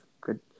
Good